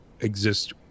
exist